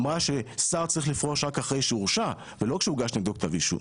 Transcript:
אמרה ששר צריך לפרוש רק אחרי הורשע ולא כשהוגש נגדו כתב אישו,